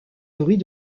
bruits